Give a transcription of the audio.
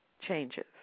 changes